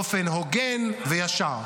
באופן הוגן וישר.